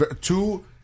two